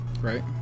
Right